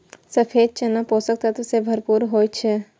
सफेद चना पोषक तत्व सं भरपूर होइ छै